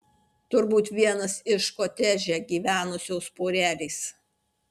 turbūt vienas iš kotedže gyvenusios porelės